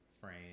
frame